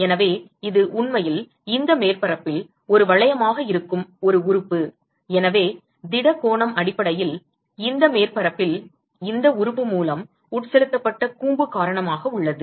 எனவே இது உண்மையில் இந்த மேற்பரப்பில் ஒரு வளையமாக இருக்கும் ஒரு உறுப்பு எனவே திட கோணம் அடிப்படையில் இந்த மேற்பரப்பில் இந்த உறுப்பு மூலம் உட்செலுத்தப்பட்ட கூம்பு காரணமாக உள்ளது